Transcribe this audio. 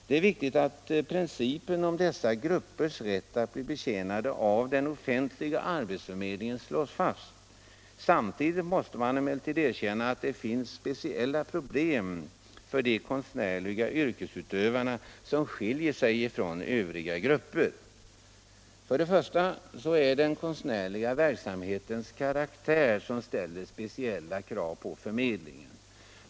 Det är viktigt att principen om dessa gruppers rätt att bli betjänade av den offentliga arbetsförmedlingen slås fast. Samtidigt måste man emellertid erkänna att det finns speciella problem för de konstnärliga yrkesutövarna som skiljer sig från övriga grupper. För det första är det den konstnärliga verksamhetens karaktär som ställer speciella krav på förmedlingen.